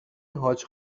حاج